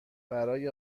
برای